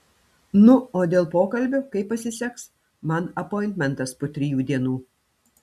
nu o dėl pokalbio kaip pasiseks man apointmentas po trijų dienų